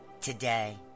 today